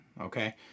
okay